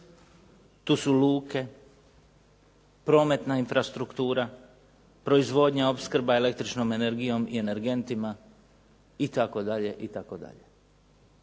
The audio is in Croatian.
tu su luke, prometna infrastruktura, proizvodnja i opskrba električnom energijom i energentima itd., itd.